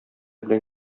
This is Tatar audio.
белән